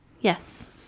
yes